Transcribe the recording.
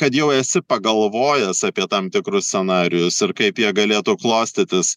kad jau esi pagalvojęs apie tam tikrus scenarijus ir kaip jie galėtų klostytis